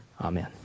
Amen